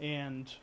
and